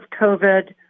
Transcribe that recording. COVID